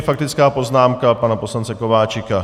Faktická poznámka pana poslance Kováčika.